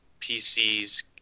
PCs